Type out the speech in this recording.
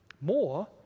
more